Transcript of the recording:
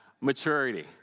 Maturity